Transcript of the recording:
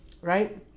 Right